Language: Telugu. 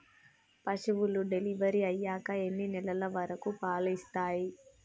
పశువులు డెలివరీ అయ్యాక ఎన్ని నెలల వరకు పాలు ఇస్తాయి?